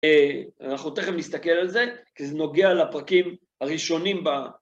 אה.. אנחנו תכף נסתכל על זה, כי זה נוגע לפרקים הראשונים ב...